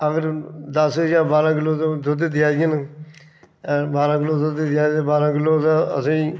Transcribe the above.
अगर दस जां बारां किल्लो दुद्ध देआ दियां न ते बारां किल्लो दुद्ध देआ दियां न बारां किल्लो ते असेंगी